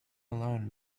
alone